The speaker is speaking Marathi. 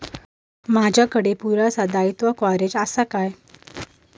माजाकडे पुरासा दाईत्वा कव्हारेज असा काय?